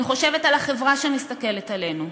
אני חושבת על החברה שמסתכלת עלינו.